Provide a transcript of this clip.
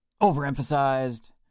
overemphasized